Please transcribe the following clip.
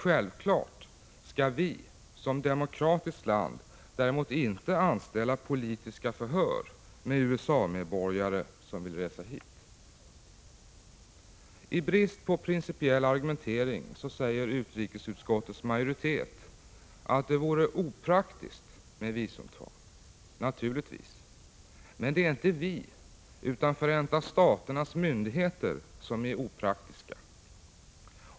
Självklart skall vi som demokratiskt land däremot inte anställa politiska förhör med USA-medborgare som vill resa hit. I brist på principiell argumentering säger utrikesutskottets majoritet att det vore opraktiskt med visumtvång. Naturligtvis, men det är inte vi utan Förenta Staternas myndigheter som är opraktiska.